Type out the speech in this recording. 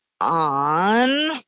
on